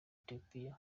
ethiopia